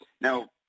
Now